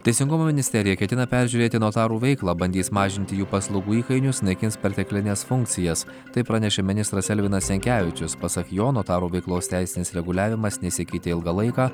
teisingumo ministerija ketina peržiūrėti notarų veiklą bandys mažinti jų paslaugų įkainius naikins perteklines funkcijas tai pranešė ministras elvinas jankevičius pasak jo notarų veiklos teisinis reguliavimas nesikeitė ilgą laiką